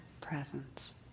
presence